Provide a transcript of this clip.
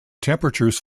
temperatures